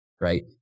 right